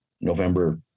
november